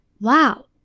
wow